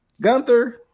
Gunther